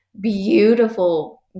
beautiful